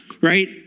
Right